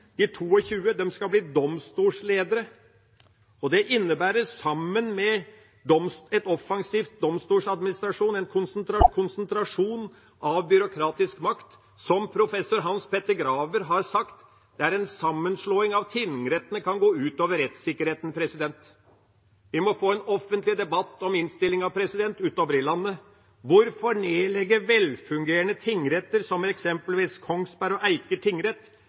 skal bli domstolledere. Det innebærer, sammen med en offensiv domstoladministrasjon, en konsentrasjon av byråkratisk makt. Professor Hans Petter Graver har sagt: «Sammenslåing av tingretter kan gå utover rettssikkerheten.» Vi må få en offentlig debatt om innstillinga utover i landet. Hvorfor nedlegge velfungerende tingretter som eksempelvis Kongsberg og Eiker tingrett?